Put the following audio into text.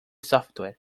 software